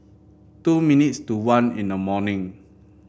two minutes to one in the morning